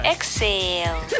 Exhale